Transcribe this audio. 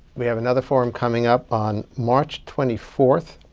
we have another forum coming up on march twenty four,